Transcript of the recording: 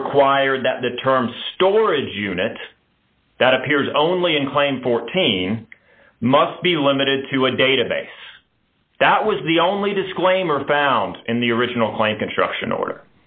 require that the term storage unit that appears only in claim fourteen must be limited to a database that was the only disclaimer found in the original claim construction order